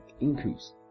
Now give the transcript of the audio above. increase